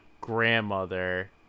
grandmother